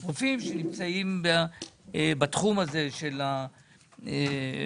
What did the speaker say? רופאים שנמצאים בתחום של הפתולוגיה